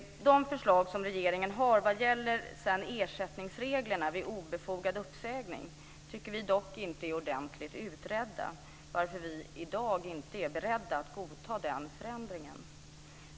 De förslag som regeringen har lagt fram vad gäller ersättningsregler vid obefogad uppsägning tycker vi dock inte är ordentligt utredda, varför vi i dag inte är beredda att godta den förändringen.